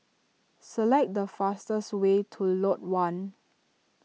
select the fastest way to Lot one